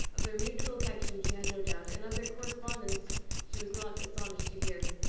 of their mutual affection she had no doubt, and of their correspondence she was not astonished to hear.